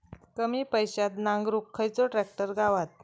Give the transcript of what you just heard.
कमी पैशात नांगरुक खयचो ट्रॅक्टर गावात?